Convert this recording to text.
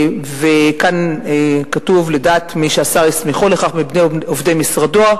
וכאן כתוב: "לדעת מי שהשר הסמיכו לכך מבין עובדי משרדו".